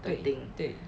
对对